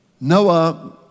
Noah